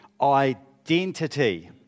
identity